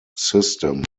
system